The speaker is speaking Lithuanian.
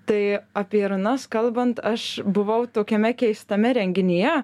tai apie runas kalbant aš buvau tokiame keistame renginyje